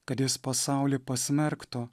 kad jis pasaulį pasmerktų